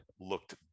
looked